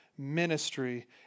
ministry